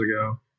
ago